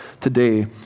today